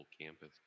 campus